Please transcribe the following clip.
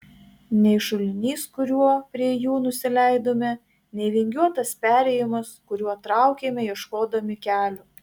nei šulinys kuriuo prie jų nusileidome nei vingiuotas perėjimas kuriuo traukėme ieškodami kelio